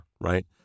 right